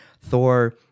Thor